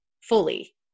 fully